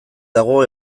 dago